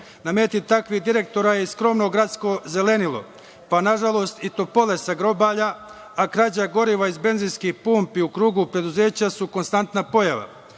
meti takvih direktora je skromno Gradsko zelenilo, pa nažalost i topole za grobalja, a krađa goriva iz benzinskih pumpi u krugu preduzeća su konstanta pojava.